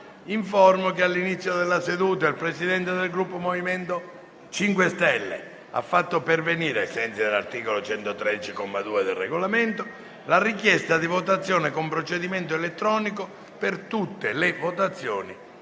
che all'inizio della seduta il Presidente del Gruppo MoVimento 5 Stelle ha fatto pervenire, ai sensi dell'articolo 113, comma 2, del Regolamento, la richiesta di votazione con procedimento elettronico per tutte le votazioni